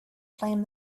flame